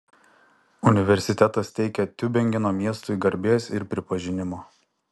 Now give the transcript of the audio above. universitetas teikia tiubingeno miestui garbės ir pripažinimo